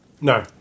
No